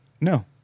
No